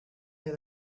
near